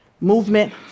Movement